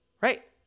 right